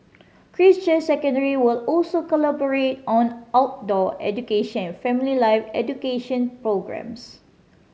Christ Church Secondary will also collaborate on outdoor education and family life education programmes